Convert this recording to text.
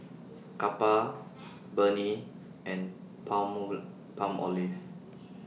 Kappa Burnie and Palmolive